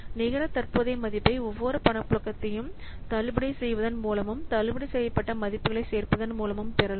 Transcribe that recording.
நிகர தற்போதைய மதிப்பை ஒவ்வொரு பணப்புழக்கத்தையும் தள்ளுபடி செய்வதன் மூலமும் தள்ளுபடி செய்யப்பட்ட மதிப்புகளைச் சேர்ப்பதன் மூலமும் பெறலாம்